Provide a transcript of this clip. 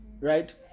Right